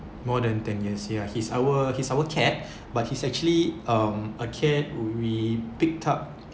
more than ten years ya he's our he's our cat but he's actually um a cat we picked up